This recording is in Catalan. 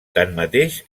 tanmateix